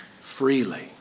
freely